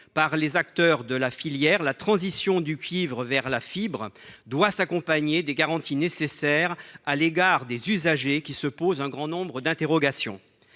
par les acteurs de la filière, la transition du cuivre vers la fibre doit être assortie des garanties nécessaires pour les usagers, qui se posent un grand nombre de questions.